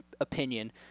opinion